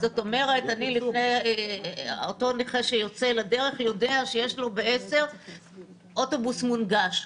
אותו נכה שיוצא לדרך יודע שיש לו בשעה 10:00 אוטובוס מונגש,